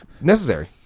necessary